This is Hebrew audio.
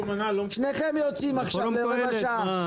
שניכם יוצאים עכשיו לרבע שעה.